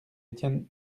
étienne